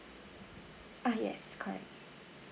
ah yes correct